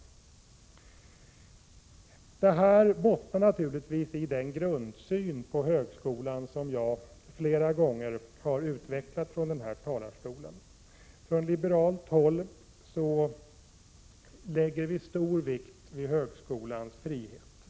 Detta bottnar naturligtvis i den grundsyn på högskolan som jag flera gånger har utvecklat från den här talarstolen. Från liberalt håll lägger vi stor vikt vid högskolans frihet.